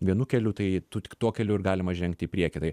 vienu keliu tai tu tik tuo keliu ir galima žengti į priekį tai